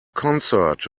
concert